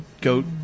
goat